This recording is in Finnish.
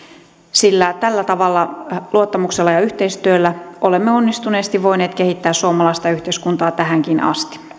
sillä tällä tavalla luottamuksella ja yhteistyöllä olemme onnistuneesti voineet kehittää suomalaista yhteiskuntaa tähänkin asti